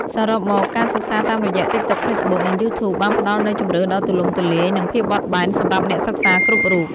សរុបមក ការសិក្សាតាមរយៈ តិកតុក ហ្វេសបុក និង យូធូប បានផ្តល់នូវជម្រើសដ៏ទូលំទូលាយ និងភាពបត់បែនសម្រាប់អ្នកសិក្សាគ្រប់រូប។